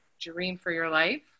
dreamforyourlife